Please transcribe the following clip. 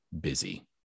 busy